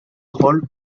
rôle